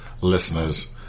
listeners